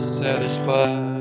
satisfied